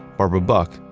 barbara buck,